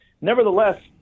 nevertheless